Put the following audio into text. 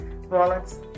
wallets